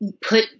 put